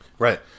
Right